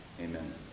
Amen